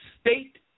State